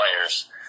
players